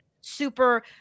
super